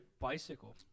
bicycle